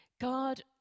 God